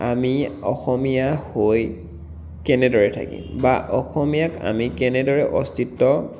আমি অসমীয়া হৈ কেনেদৰে থাকিম বা অসমীয়াক আমি কেনেদৰে অস্তিত্ব